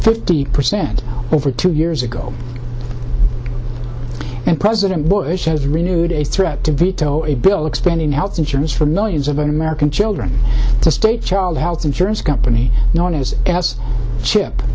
fifty percent over two years ago and president bush has renewed a threat to veto a bill expanding health insurance for millions of american children to state child health insurance company known as